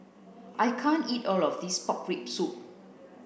I can't eat all of this pork rib soup